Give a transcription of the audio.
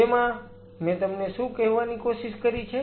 તેમાં મેં તમને શું કહેવાની કોશિશ કરી છે